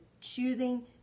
choosing